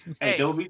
Hey